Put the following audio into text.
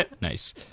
Nice